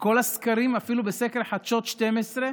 בכל הסקרים, אפילו בסקר חדשות 12,